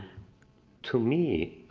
to me,